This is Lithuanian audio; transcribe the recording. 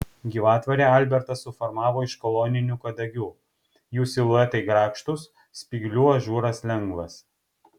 gyvatvorę albertas suformavo iš koloninių kadagių jų siluetai grakštūs spyglių ažūras lengvas